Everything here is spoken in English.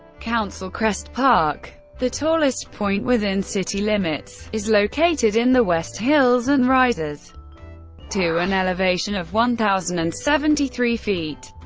council crest park, the tallest point within city limits, is located in the west hills and rises to an elevation of one thousand and seventy three feet.